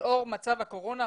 לאור מצב הקורונה,